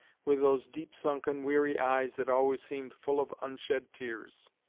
with those deep-sunken weary eyes that always seemed full of unshed tears.